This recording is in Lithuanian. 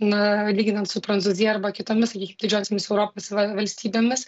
na lyginant su prancūzija arba kitomis didžiosiomis europos va valstybėmis